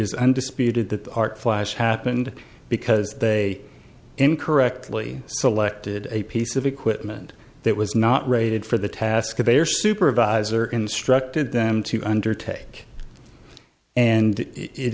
is undisputed that the art flies happened because they incorrectly selected a piece of equipment that was not rated for the task their supervisor instructed them to undertake and it